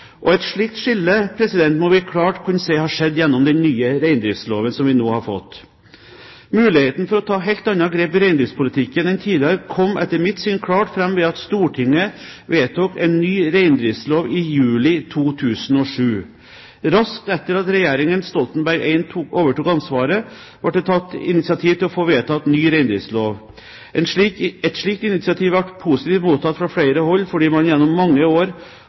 nylig. Et slikt skille må vi klart kunne si har skjedd gjennom den nye reindriftsloven som vi nå har fått. Muligheten for å ta helt andre grep i reindriftspolitikken enn tidligere kom etter mitt syn klart fram ved at Stortinget vedtok en ny reindriftslov i juni 2007. Raskt etter at regjeringen Stoltenberg I overtok ansvaret, ble det tatt initiativ til å få vedtatt ny reindriftslov. Et slikt initiativ ble positivt mottatt fra flere hold fordi man gjennom mange år